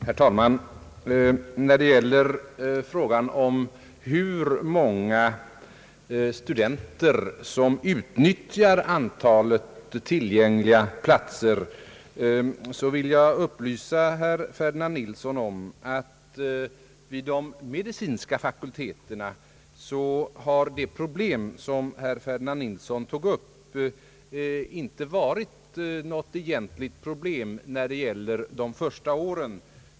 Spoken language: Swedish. Herr talman! När det gäller frågan om hur många studenter som utnyttjar antalet tillgängliga platser vill jag upplysa herr Ferdinand Nilsson om att vid de medicinska fakulteterna har det problem som herr Ferdinand Nilsson tog upp inte varit något egentligt problem beträffande de första åren.